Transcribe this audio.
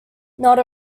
not